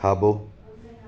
खाॿो